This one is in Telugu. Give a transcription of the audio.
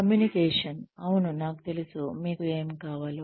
కమ్యూనికేషన్ అవును నాకు తెలుసు మీకు ఏమి కావాలో